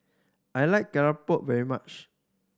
I like keropok very much